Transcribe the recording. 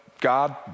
God